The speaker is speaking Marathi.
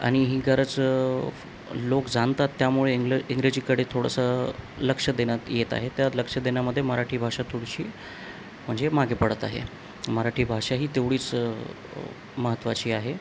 आणि ही गरज लोक जाणतात त्यामुळे इंग्ल इंग्रजीकडे थोडंसं लक्ष देण्यात येत आहे त्या लक्ष देण्यामध्ये मराठी भाषा थोडीशी म्हणजे मागे पडत आहे मराठी भाषा ही तेवढीच महत्त्वाची आहे